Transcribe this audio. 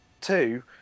two